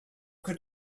could